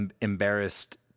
embarrassed